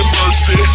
mercy